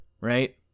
right